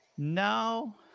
no